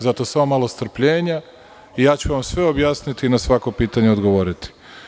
Zato, samo malo strpljenja i ja ću vam sve objasniti i na svako pitanje odgovoriti.